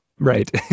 Right